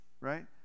right